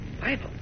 Bible